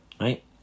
Right